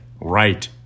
right